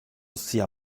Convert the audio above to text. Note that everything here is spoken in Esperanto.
sia